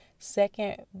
Second